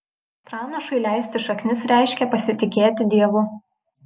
pranašui leisti šaknis reiškia pasitikėti dievu